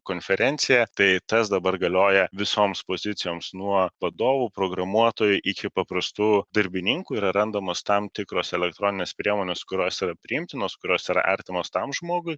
konferencija tai tas dabar galioja visoms pozicijoms nuo vadovų programuotojų iki paprastų darbininkų yra randamos tam tikros elektroninės priemonės kurios yra priimtinos kurios yra artimos tam žmogui